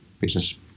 business